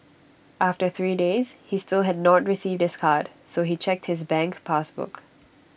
after three days he still had not received his card so he checked his bank pass book